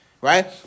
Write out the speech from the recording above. right